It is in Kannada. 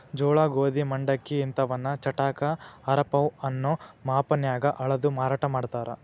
ಜೋಳ, ಗೋಧಿ, ಮಂಡಕ್ಕಿ ಇಂತವನ್ನ ಚಟಾಕ, ಆರಪೌ ಅನ್ನೋ ಮಾಪನ್ಯಾಗ ಅಳದು ಮಾರಾಟ ಮಾಡ್ತಾರ